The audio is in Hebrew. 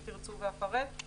אם תרצו,